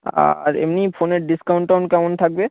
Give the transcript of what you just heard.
আর এমনি ফোনের ডিসকাউন্ট টাউন কেমন থাকবে